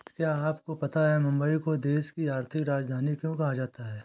क्या आपको पता है मुंबई को देश की आर्थिक राजधानी क्यों कहा जाता है?